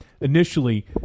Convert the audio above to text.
initially